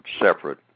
separate